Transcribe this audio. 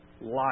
life